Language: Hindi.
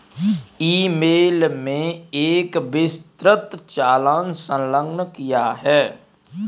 ई मेल में एक विस्तृत चालान संलग्न किया है